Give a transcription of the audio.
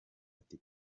ati